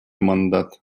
мандат